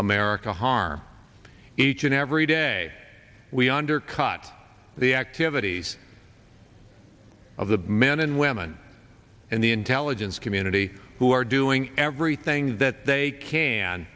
america harm each and every day we undercut the activities of the men and women in the intelligence community who are doing everything that they can